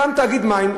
קם תאגיד מים,